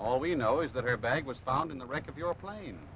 all we know is that her bag was found in the wreck of your plane